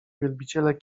wielbiciele